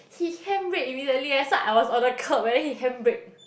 he handbrake immediately eh so I was on the curb and then he handbrake